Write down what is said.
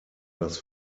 das